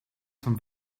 some